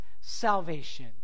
salvation